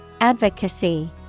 Advocacy